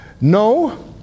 No